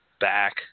back